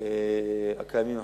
הקיימים החדשים.